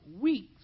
Weeks